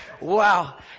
wow